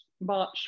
March